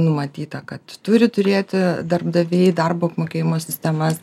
numatyta kad turi turėti darbdaviai darbo apmokėjimo sistemas